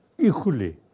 Equally